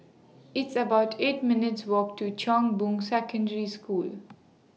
It's about eight minutes' Walk to Chong Boon Secondary School